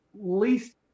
least